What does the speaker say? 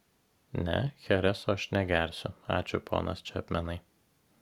ne chereso aš negersiu ačiū ponas čepmenai